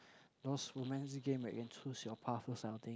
those romance game where you can choose your path or something